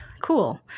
cool